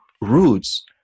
roots